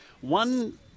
One